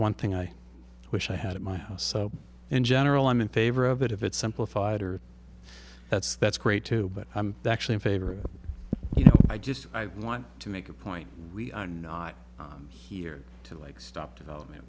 one thing i wish i had in my house so in general i'm in favor of it if it's simplified or that's that's great too but i'm actually in favor of you i just want to make a point we are not here to like stop development